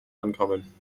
ankommen